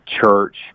church